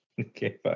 Okay